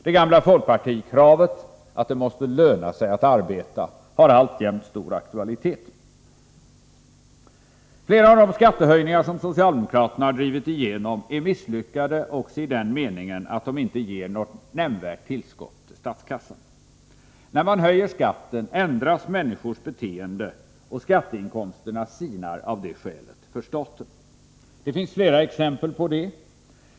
Det gamla folkpartikravet, att det måste löna sig att arbeta, har alltjämt stor aktualitet. Flera av de skattehöjningar som socialdemokraterna drivit igenom är misslyckade också i den meningen att de inte ger något nämnvärt tillskott till statskassan. När man höjer skatten ändras människors beteenden, och skatteinkomsterna sinar av det skälet för staten. Det finns flera exempel på det.